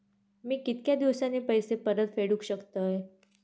मी कीतक्या दिवसांनी पैसे परत फेडुक शकतय?